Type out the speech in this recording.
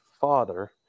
father